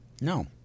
No